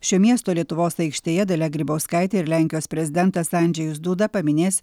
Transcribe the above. šio miesto lietuvos aikštėje dalia grybauskaitė ir lenkijos prezidentas andžejus duda paminės